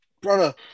Brother